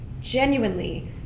genuinely